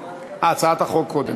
הצעת החוק קודם,